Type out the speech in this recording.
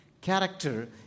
Character